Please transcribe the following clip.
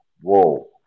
Whoa